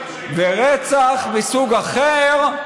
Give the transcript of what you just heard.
וברצח מסוג אחר,